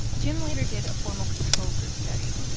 jim later did a formal control group study,